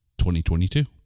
2022